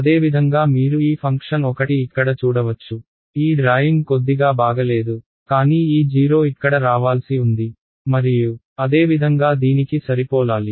అదేవిధంగా మీరు ఈ ఫంక్షన్ ఒకటి ఇక్కడ చూడవచ్చు ఈ డ్రాయింగ్ కొద్దిగా బాగలేదు కానీ ఈ 0 ఇక్కడ రావాల్సి ఉంది మరియు అదేవిధంగా దీనికి సరిపోలాలి